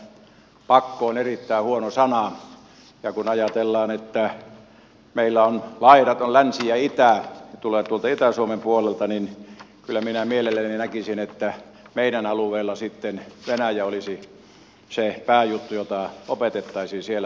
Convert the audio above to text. näen että pakko on erittäin huono sana ja kun ajatellaan että meillä laidat ovat länsi ja itä ja tulen tuolta itä suomen puolelta niin kyllä minä mielelläni näkisin että meidän alueella sitten venäjä olisi se pääjuttu jota opetettaisiin siellä